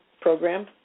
program